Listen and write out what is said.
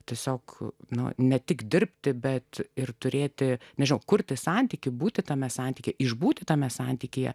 tiesiog nuo ne tik dirbti bet ir turėti mažiau kurti santykių būti tame santykyje išbūti tame santykyje